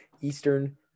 Eastern